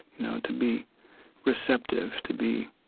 know, to be receptive, to be